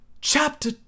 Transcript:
chapter